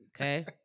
Okay